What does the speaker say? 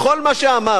וכל מה שאמרנו,